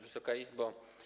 Wysoka Izbo!